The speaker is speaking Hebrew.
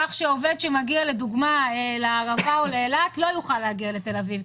כך שעובד שמגיע לערבה או לאילת לא יוכל להגיע לתל אביב,